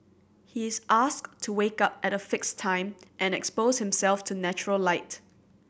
he is asked to wake up at a fixed time and expose himself to natural light